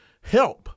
help